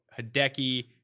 Hideki